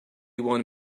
one